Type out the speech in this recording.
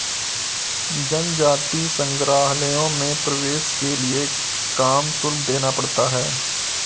जनजातीय संग्रहालयों में प्रवेश के लिए काम शुल्क देना पड़ता है